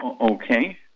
Okay